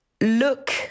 Look